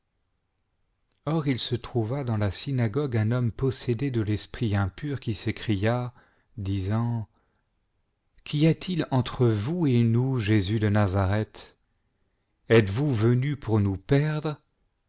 or il se trouva dans la synagogue un homme possédé de l'espiit impur qui s'écria disant qu'j a-t-il entre vous et nous jésus de nazareth etes vous venu pour nous perdre